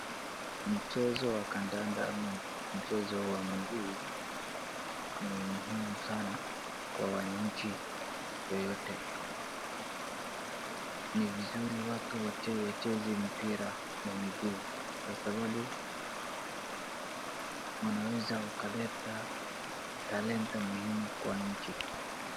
Mchezo wa kadanda ama mchezo wa miguu ni muhimu sana kwa wananchi yoyote. Ni vizuri watu wache-wacheze mpira ya miguu kwa sababu wanaweza wakaleta talenta muhimu kwa nchi.